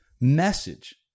message